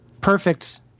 perfect